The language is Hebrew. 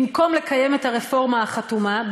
במקום לקיים את הרפורמה החתומה,